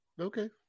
Okay